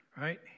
right